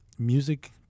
Music